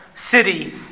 city